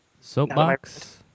Soapbox